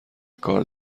کار